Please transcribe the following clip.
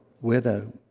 widow